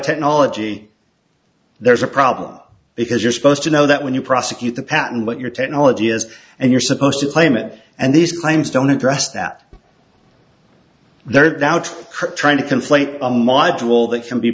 technology there's a problem because you're supposed to know that when you prosecute the patent what your technology is and you're supposed to flame it and these claims don't address that they're out trying to